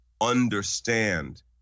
understand